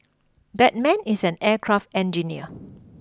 that man is an aircraft engineer